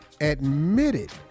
admitted